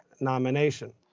nomination